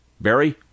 Barry